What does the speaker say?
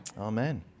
Amen